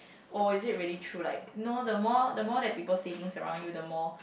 oh is it really true like know the more the more that people say things around you the more